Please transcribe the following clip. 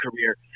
career